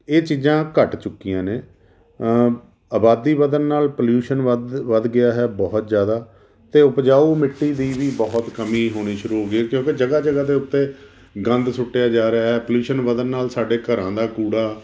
ਇਹ ਚੀਜ਼ਾਂ ਘੱਟ ਚੁੱਕੀਆਂ ਨੇ ਆਬਾਦੀ ਵਧਣ ਨਾਲ ਪੋਲਿਊਸ਼ਨ ਵੱਧ ਵੱਧ ਗਿਆ ਹੈ ਬਹੁਤ ਜ਼ਿਆਦਾ ਅਤੇ ਉਪਜਾਊ ਮਿੱਟੀ ਦੀ ਵੀ ਬਹੁਤ ਕਮੀ ਹੋਣੀ ਸ਼ੁਰੂ ਹੋ ਗਈ ਕਿਉਂਕਿ ਜਗ੍ਹਾ ਜਗ੍ਹਾ ਦੇ ਉੱਤੇ ਗੰਦ ਸੁੱਟਿਆ ਜਾ ਰਿਹਾ ਪਲਿਊਸ਼ਨ ਵਧਣ ਨਾਲ ਸਾਡੇ ਘਰਾਂ ਦਾ ਕੂੜਾ